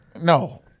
No